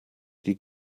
die